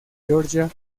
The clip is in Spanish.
georgia